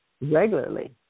regularly